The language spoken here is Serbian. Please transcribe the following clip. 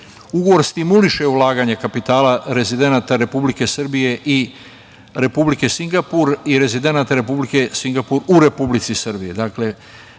stimuliše ulaganja kapitala rezidenata Republike Srbije i Republike Singapur i rezidenata Republike Singapur u Republici Srbiji. Dakle,